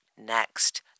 Next